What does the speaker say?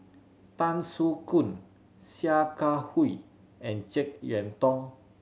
Tan Soo Khoon Sia Kah Hui and Jek Yeun Thong